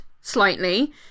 slightly